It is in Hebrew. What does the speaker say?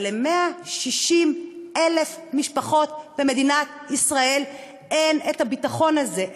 אבל ל-160,000 משפחות במדינת ישראל אין הביטחון הזה,